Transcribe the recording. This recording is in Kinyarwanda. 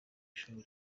ishuri